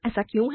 ऐसा क्यों है